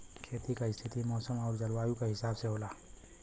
खेती क स्थिति मौसम आउर जलवायु क हिसाब से होला